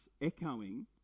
echoing